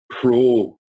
pro